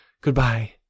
goodbye